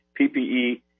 PPE